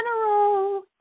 general